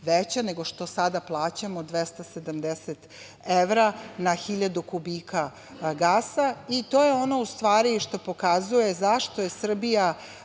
veća nego što sada plaćamo – 270 evra na hiljadu kubika gasa. To je ono u stvari što pokazuje zašto je Srbija